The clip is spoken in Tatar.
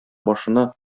башына